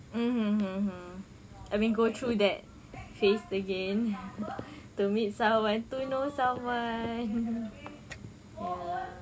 mmhmm mm mm I mean go through that phase again to meet someone to know someone ya